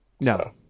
No